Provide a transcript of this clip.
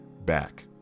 back